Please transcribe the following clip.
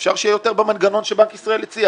אפשר שיהיה יותר במנגנון שבנק ישראל הציע